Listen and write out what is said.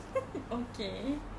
okay